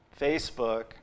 Facebook